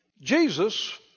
Jesus